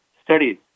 studies